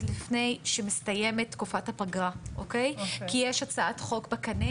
לפני שמסתיימת תקופת הפגרה כי יש הצעת חוק בקנה